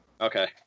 Okay